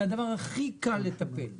הכי קל לטפל בחקלאים,